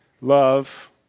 love